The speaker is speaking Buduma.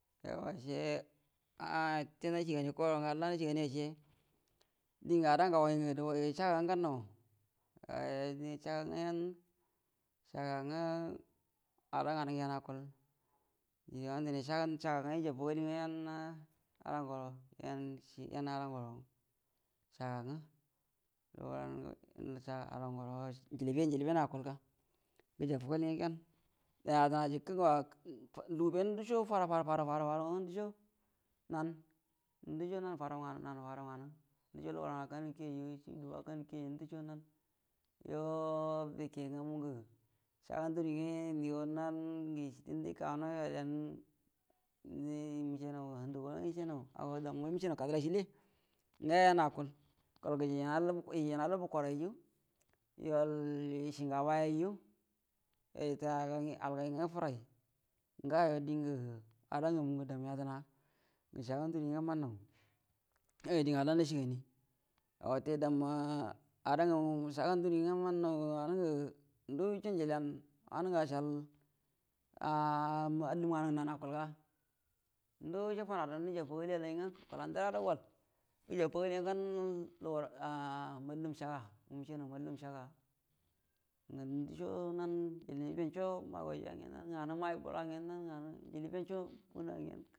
Yo ashe a wute koro ngə halla na shigaiya ashe dingə ada ngagai ngə dugai shaga ngannau aa di shaga nga-yau-shaga nga yau ada ngnai akul yo dire shaga nga ijatali nga yau ala nguru yan ala u-guro shaga nga ala nguro njiliben-njiliben akulga gəjafagali nga gan haga jikə ben luguben ndushə fadə u-fadau nga ndusho nan ndusho nau fadau ngan wangə fadau nganə ndusho luguwah akanyu kir yuiju dubu akangu kii yanjo yau yo bike ngamu ngə shaga nduri nga unigau nan ngə ikagano yal yan di mushenau handu goro mushenauago danu goro mushenau kagaro shile ngə yan akul gol gəjingə ifanalgu bukoraiju yal ishi ngabaiju itai algai nga ifurai ngayo dingə adan nganu ngə damu yadəna ngə shaga nduri nga mannah yoyu ngə dingə halla nashigai wate damma adamu ngə shaga nduri nga mannawa wannungə ndusho njiligau wanungə ashal a mallum nganungə nan akulga ndasho funadau najab kaliyalai nga gukela ndərado gal gəjub kadiyalai nga gan a mallum shaga-mullum shaga ngə ndasho hau ujili bau sho nan njili ben sho nan ngawə maigajiya ngen nah ngawu mai buluwa ngen man nganu bunua ngen.